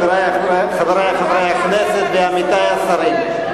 חברי חברי הכנסת ועמיתי השרים,